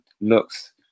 looks